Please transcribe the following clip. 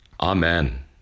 Amen